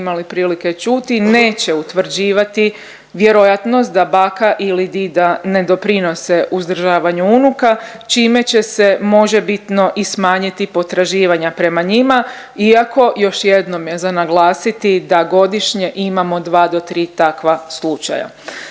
imali prilike čuti neće utvrđivati vjerojatnost da baka ili dida ne doprinose uzdržavanju unuka čime će se možebitno i smanjiti potraživanja prema njima, iako još jednom je za naglasiti da godišnje imamo dva do tri takva slučaja.